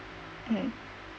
mm